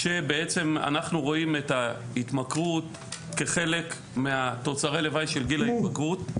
כשאנחנו רואים את ההתמכרות כחלק מתוצרי הלוואי של גיל ההתבגרות.